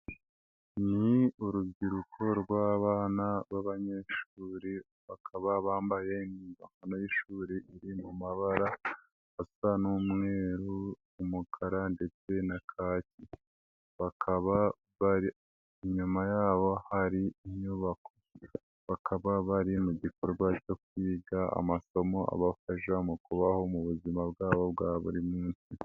Ni urubyiruko rw'abana b'abanyeshuri bakaba bambaye impuzankano y'ishuri iri mu mabara asa n'umweru, umukara ndetse na kakaki, bakaba bari inyuma yabo hari inyubako, bakaba bari mu gikorwa cyo kwiga amasomo abafasha mu kubaho mu buzima bwabo bwa buri munsi.